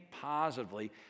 positively